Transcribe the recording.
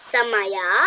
Samaya